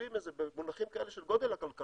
כשמשווים את זה במונחים כאלה של גודל הכלכלה,